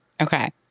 Okay